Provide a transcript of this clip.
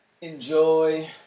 Enjoy